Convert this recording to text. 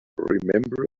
remember